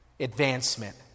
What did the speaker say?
advancement